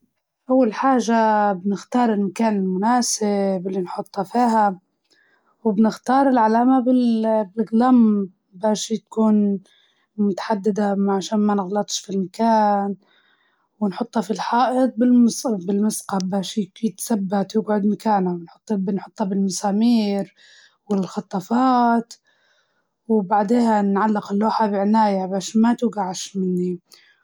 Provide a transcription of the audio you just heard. أول شي لازم نحدد المكان اللي نبي نعلج فيه اللوحة، بعدين نستخدم ميزان علشان نتأكد إن اللوحة كابتة، بعدها نحط المسمارين في الحيط، ومكان مانبي ندج الحيط نجدر نجيب دبابيس حائطية، بعدين نعلج اللوحة على المسمار، ونتأكد إنها متوازنة وتناسب المكان.